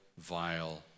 vile